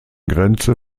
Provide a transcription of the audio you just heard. grenze